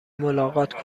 ملاقات